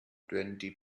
twenty